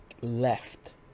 Left